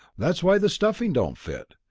that's why the stuffing don't fit.